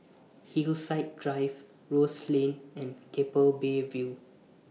Hillside Drive Rose Lane and Keppel Bay View